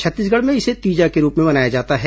छत्तीसगढ़ में इसे तीजा के रूप में मनाया जाता है